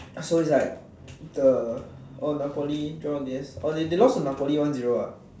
so it's like the oh napoli draw against oh they lost to napoli one zero ah